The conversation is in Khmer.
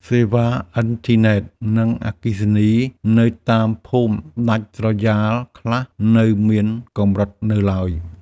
សេវាអ៊ីនធឺណិត និងអគ្គិសនីនៅតាមភូមិដាច់ស្រយាលខ្លះនៅមានកម្រិតនៅឡើយ។